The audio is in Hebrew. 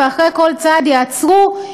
ואחרי כל צעד יעצרו,